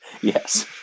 Yes